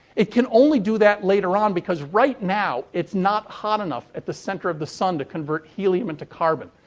it can only do that later on because, right now, it's not hot enough at the center of the sun to convert helium into carbon.